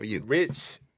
rich